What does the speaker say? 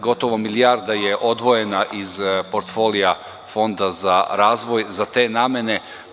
Gotovo milijarda je odvojena iz portfolija Fonda za razvoj za te namene.